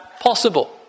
possible